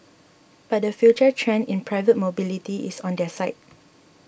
but the future trend in private mobility is on their side